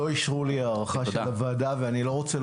כי לא אישרו לי הארכה של הוועדה ואני לא רוצה